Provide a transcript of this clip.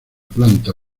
planta